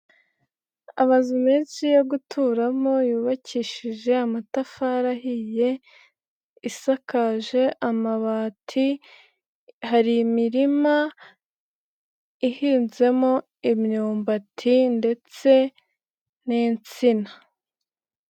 Amazu meshi yo guturamo yubakishije amatafari ahiye, isakaje amabati, hari imirima ihinzemo imyumbati ndetse n'insina.